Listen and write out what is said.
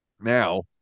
Now